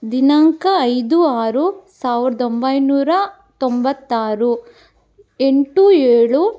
ದಿನಾಂಕ ಐದು ಆರು ಸಾವಿರದ ಒಂಬೈನೂರ ತೊಂಬತ್ತಾರು ಎಂಟು ಏಳು